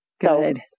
Good